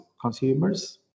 consumers